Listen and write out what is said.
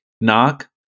knock